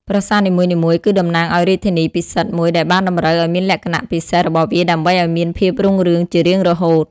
ប្រាសាទនីមួយៗគឺតំណាងឲ្យរាជធានីពិសិដ្ឋមួយដែលបានតម្រូវឲ្យមានលក្ខណៈពិសេសរបស់វាដើម្បីឲ្យមានភាពរុងរឿងជារៀងរហូត។